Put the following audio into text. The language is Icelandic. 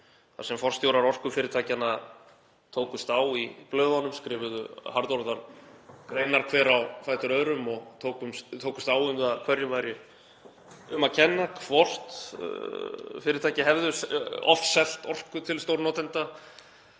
þar sem forstjórar orkufyrirtækjanna tókust á í blöðunum, skrifuðu harðorðar greinar hver á fætur öðrum og tókust á um það hverjum væri um að kenna, hvort fyrirtæki hefðu ofselt orku til stórnotenda,